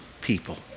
people